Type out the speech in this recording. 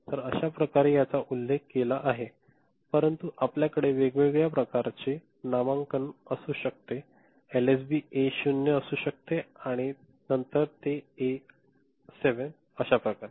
तर अश्या प्रकारे यांचा हा उल्लेख केला आहे परंतु आपल्याकडे वेगवेगळ्या प्रकारचे नामांकन असू शकते एलएसबी एक शून्य असू शकते आणि नंतर ते ए 7 अश्याप्रकारे